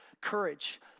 courage